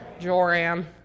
Joram